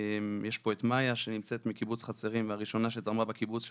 יש פה את מאיה שנמצאת מקיבוץ חצרים והראשונה שתרמה בקיבוץ שלה.